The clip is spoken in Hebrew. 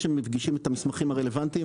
שהוא יכול לנהוג גם על משאית ולא רק על רכב פרטי.